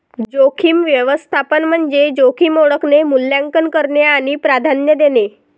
जोखीम व्यवस्थापन म्हणजे जोखीम ओळखणे, मूल्यांकन करणे आणि प्राधान्य देणे